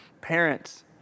Parents